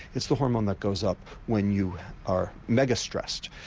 it's the hormone that goes up when you are mega-stressed,